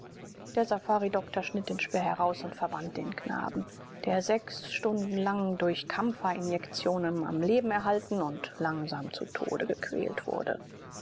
der safaridoktor schnitt den speer heraus und verband den knaben der sechs stunden lang durch kampferinjektionen am leben erhalten und langsam zu tode gequält wurde